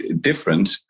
different